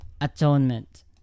atonement